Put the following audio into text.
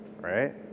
right